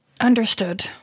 Understood